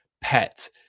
Pet